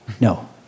no